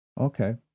Okay